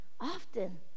Often